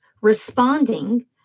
responding